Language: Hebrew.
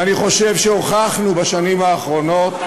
ואני חושב שהוכחנו בשנים האחרונות,